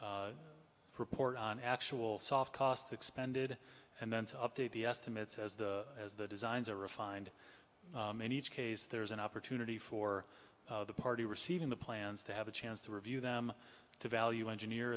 to report on actual soft cost expended and then to update the estimates as the as the designs are refined many each case there is an opportunity for the party receiving the plans to have a chance to review them to value engineer